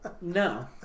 No